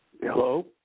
Hello